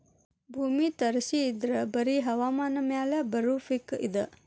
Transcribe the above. ಭೂಮಿ ತಳಸಿ ಇದ್ರ ಬರಿ ಹವಾಮಾನ ಮ್ಯಾಲ ಬರು ಪಿಕ್ ಇದ